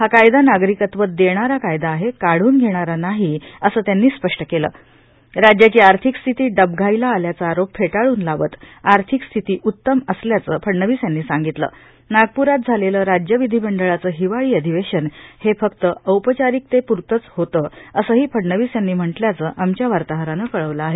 हा कायदा नागरिकत्व देणारा कायदा आहे काढून घेणारा नाही अस त्याष्ठी स्पष्ट केल राज्याची आर्थिक स्थिती डबघाईला आल्याचा आरोप फेटाळून लावत आर्थिक स्थिती उत्तम असल्याचा फडणवीस याब्री सामितल नागप्रात झालेल राज्य विधीमष्ठळाच हिवाळी अधिवेशन हे फक्त औपचारिकतेप्रतब्ध होत्य असद्वी फडणवीस याव्वी म्हटल्याच आमच्या वार्ताहरान कळवल आहे